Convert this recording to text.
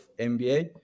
MBA